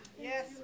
Yes